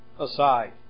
Aside